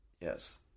Yes